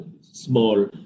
small